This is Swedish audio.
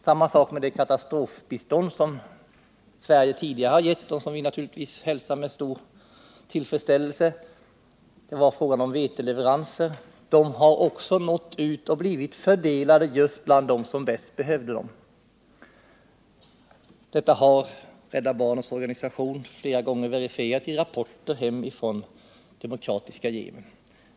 Samma sak gäller det katastrofbistånd som Sverige tidigare har gett och som vi naturligtvis har hälsat med stor tillfredsställelse. Biståndet bestod av veteleveranser, och de har också nått ut och blivit fördelade just bland dem som bäst behövde dem. Detta har Rädda barnens organisation flera gånger verifierat i rapporter hem från det demokratiska Yemen.